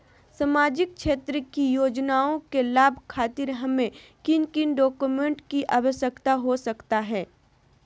सामाजिक क्षेत्र की योजनाओं के लाभ खातिर हमें किन किन डॉक्यूमेंट की आवश्यकता हो सकता है?